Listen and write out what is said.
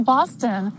Boston